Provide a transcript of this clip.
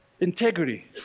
integrity